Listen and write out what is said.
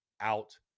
out